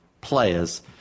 players